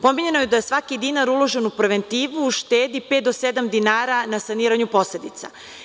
Pominjano je dasvaki dinar uložen u preventivu štedi pet do sedam dinara na saniranju posledica.